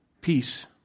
Peace